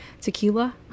tequila